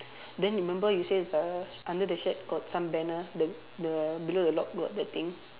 then remember you say the under the shack got some banner the the below the lock got the thing